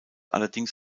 allerdings